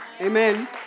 Amen